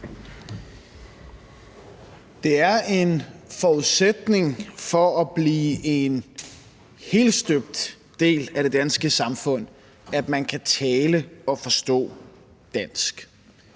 Det er en forudsætning for at blive en helstøbt del af det danske samfund, at man kan tale og forstå dansk.